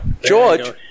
George